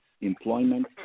employment